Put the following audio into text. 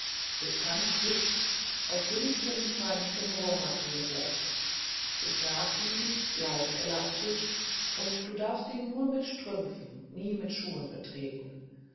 ist handdick aus dünnstem feinstem rohrmattengeflecht ist nachgiebig leicht elastisch und du darfst ihn nur mit strümpfen nie mit schuhen betreten